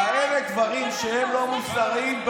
כאלה דברים שהם לא מוסריים,